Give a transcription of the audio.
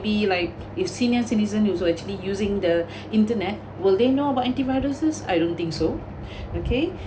be like if senior citizen you also actually using the internet will they know about anti-viruses I don't think so okay